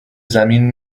زمین